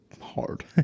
hard